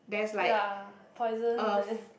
ya poison